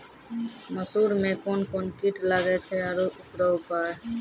मसूर मे कोन कोन कीट लागेय छैय आरु उकरो उपाय?